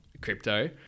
crypto